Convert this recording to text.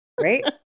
Right